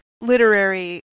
literary